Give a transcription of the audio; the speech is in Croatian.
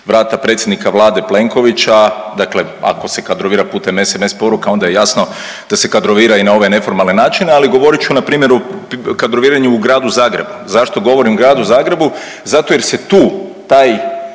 vrata predsjednika Vlade Plenkovića, dakle ako se kadrovira putem SMS poruka onda je jasno je da se kadrovira i na ove neformalne načine, ali govorit ću npr. o kadroviranju u Gradu Zagrebu. Zašto govorim Gradu Zagrebu? Zato jer se tu taj